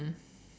mm